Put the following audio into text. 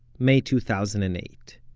may two thousand and eight.